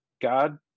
God